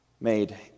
made